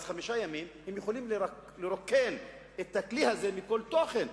חמישה ימים יכולים לרוקן את הכלי הזה מכל תוכן.